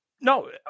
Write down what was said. no